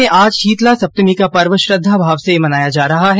प्रदेश में आज शीतला सप्तमी का पर्व श्रद्दा भाव से मनाया जा रहा है